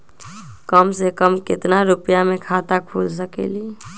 कम से कम केतना रुपया में खाता खुल सकेली?